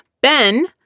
Ben